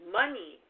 money